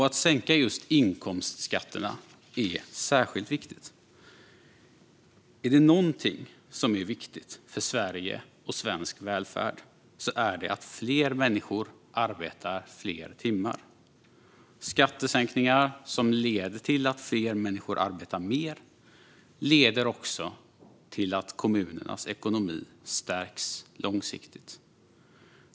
Att sänka just inkomstskatterna är särskilt viktigt. Om det är något som är viktigt för Sverige och svensk välfärd så är det att fler människor arbetar fler timmar. Skattesänkningar som leder till att fler människor arbetar mer leder också till att kommunernas ekonomi stärks långsiktigt.